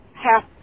Half